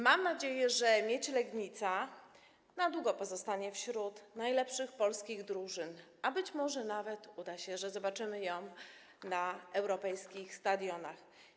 Mam nadzieję, że Miedź Legnica na długo pozostanie wśród najlepszych polskich drużyn, a być może nawet się uda i zobaczymy ją na europejskich stadionach.